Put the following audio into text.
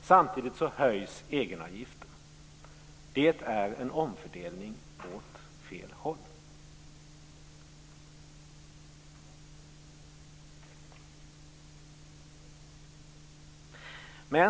Samtidigt höjs egenavgiften. Det är en omfördelning åt fel håll.